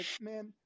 man